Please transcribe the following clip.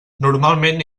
normalment